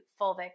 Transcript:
fulvic